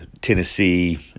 Tennessee